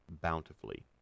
bountifully